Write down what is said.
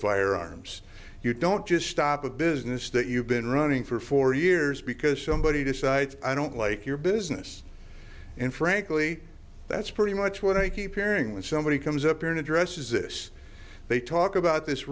firearms you don't just stop a business that you've been running for for years because somebody decides i don't like your business and frankly that's pretty much what i keep hearing when somebody comes up in addresses this they talk about this